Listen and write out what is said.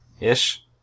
Ish